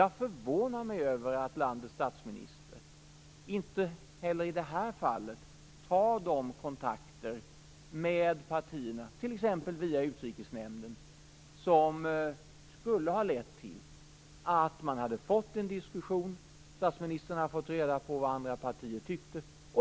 Jag är förvånad över att landets statsminister inte heller i det här fallet tar de kontakter med partierna, t.ex. via Utrikesnämnden, som skulle ha lett till att man hade fått en diskussion. Statsministern skulle då ha fått reda på vad andra partier tyckte.